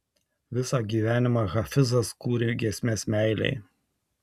visą gyvenimą hafizas kūrė giesmes meilei